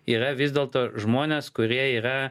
yra vis dėlto žmonės kurie yra